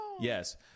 Yes